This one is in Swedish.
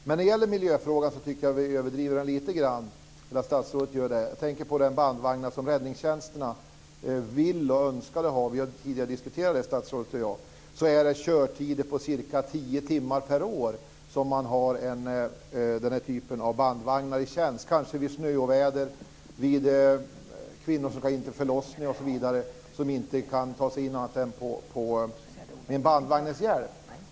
Men jag tycker att statsrådet överdriver lite grann när det gäller miljöfrågan. Jag tänker på de bandvagnar som räddningstjänsterna vill och önskar ha. Vi har tidigare diskuterat detta, statsrådet och jag. Räddningstjänsterna har den här typen av bandvagnar i tjänst under cirka tio timmar per år, kanske vid snöoväder, när kvinnor ska åka in för förlossning och inte kan ta sig dit utan bandvagnens hjälp.